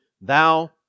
thou